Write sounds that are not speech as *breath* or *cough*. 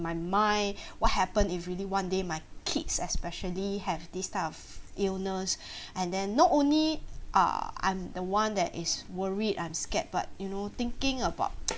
my mind *breath* what happen if really one day my kids especially have this type of illness and then *breath* not only ah I'm the one that is worried I'm scared but you know thinking about